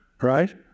right